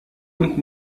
und